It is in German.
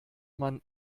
man